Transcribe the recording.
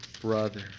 brother